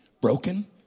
Broken